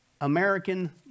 American